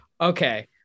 Okay